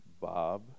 Bob